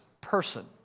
person